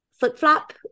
flip-flop